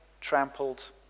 trampled